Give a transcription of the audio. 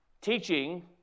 teaching